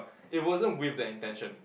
it wasn't with that intention